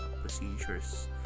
procedures